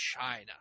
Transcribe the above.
China